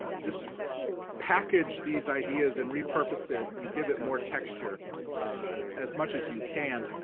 just package these ideas and repurpose it and give it more texture as much as you can.